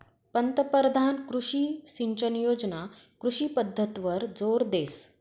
पंतपरधान कृषी सिंचन योजना कृषी पद्धतवर जोर देस